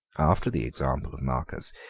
after the example of marcus,